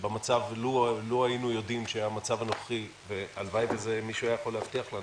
לו היינו יודעים שהמצב הנוכחי והלוואי ומישהו היה יכול להבטיח לנו